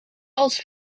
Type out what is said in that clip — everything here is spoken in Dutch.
als